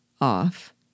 off